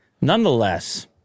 Nonetheless